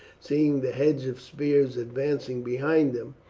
seeing the hedge of spears advancing behind them,